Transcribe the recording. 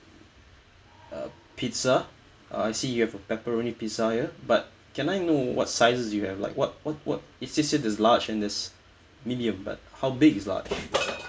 uh pizza I see you have a pepperoni pizza here but can I know what sizes you have like what what what it says here there's large and there's medium but how big is large